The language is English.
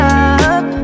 up